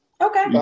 Okay